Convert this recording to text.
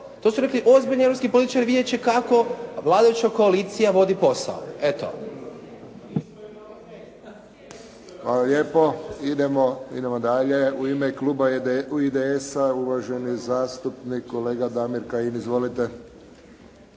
To su rekli ozbiljni europski političari, Vijeće, kako vladajuća koalicija vodi posao. Eto. **Friščić, Josip (HSS)** Hvala lijepo. Idemo dalje. U ime kluba IDS-a uvaženi zastupnik kolega Damir Kajin. Izvolite.